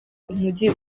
umujyi